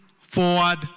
forward